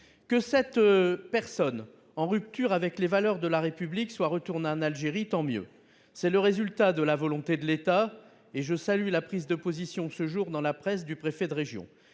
Que cette personne en rupture avec les valeurs de la République soit retournée en Algérie, c'est tant mieux. C'est le résultat de la volonté de l'État- je salue la prise de position de ce jour, dans la presse, du préfet de région